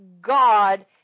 God